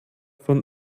von